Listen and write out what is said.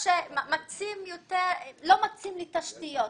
לא מקצים לתשתיות.